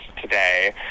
Today